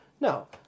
No